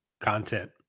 content